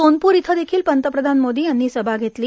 सोनपूर इथं देखील पंतप्रधान मोदी यांनी सभा घेतली